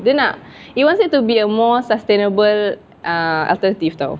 dia nak he wants it to be a more sustainable uh alternative [tau]